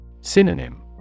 Synonym